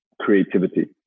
Creativity